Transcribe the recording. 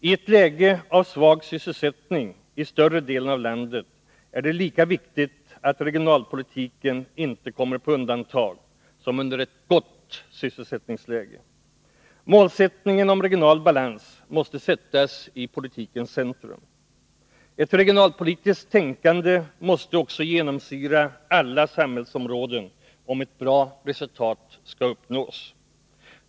I ett läge av svag sysselsättning i större delen av landet är det lika viktigt att regionalpolitiken inte kommer på undantag som under ett gott sysselsättningsläge. Målsättningen om regional balans måste sättas i politikens centrum. Ett regionalpolitiskt tänkande måste också genomsyra alla samhällsområden om ett bra resultat skall uppnås.